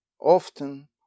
Often